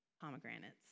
pomegranates